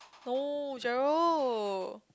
oh Sharol